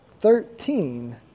thirteen